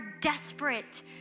desperate